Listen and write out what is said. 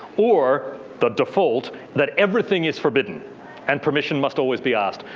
or the default, that everything is forbidden and permission must always be asked.